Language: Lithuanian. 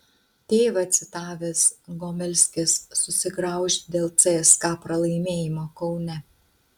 tėvą citavęs gomelskis susigraužė dėl cska pralaimėjimo kaune